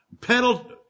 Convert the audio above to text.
pedal